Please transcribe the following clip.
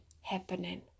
happening